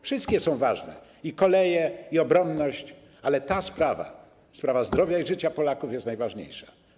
Wszystkie są ważne: i koleje, i obronność, ale ta sprawa, sprawa zdrowia i życia Polaków, jest najważniejsza.